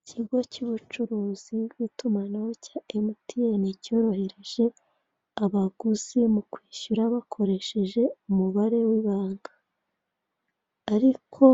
Ikigo cy'ubucuruzi bw'itumanaho cya MTN cyorohereje abaguzi mu kwishyura bakoresheje umubare w'ibanga, ariko